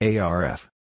ARF